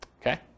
Okay